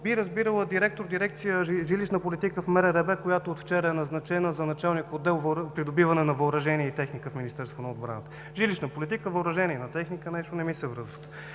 би разбирала директор на дирекция „Жилищна политика“ в МРРБ, която от вчера е назначена за началник-отдел „Придобиване на въоръжение и техника“ в Министерството на отбраната. „Жилищна политика“ – „Въоръжение и техника“, нещо не ми се връзват.